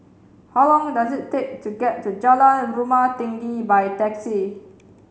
how long does it take to get to Jalan Rumah Tinggi by taxi